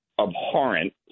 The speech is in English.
abhorrent